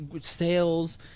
sales